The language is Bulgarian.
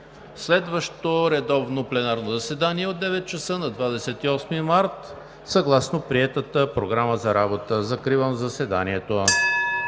Следващото редовно пленарно заседание е от 9,00 ч. на 28 март 2019 г. съгласно приетата Програма за работа. Закривам заседанието.